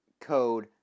Code